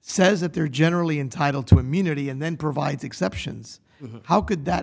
says that they're generally entitled to immunity and then provides exceptions how could that